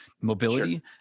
mobility